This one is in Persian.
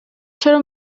چرا